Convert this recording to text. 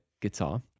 guitar